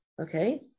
okay